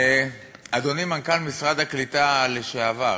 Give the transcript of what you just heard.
אדוני מנכ"ל משרד הקליטה לשעבר,